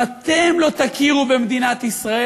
אם אתם לא תכירו במדינת ישראל,